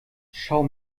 schau